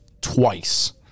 twice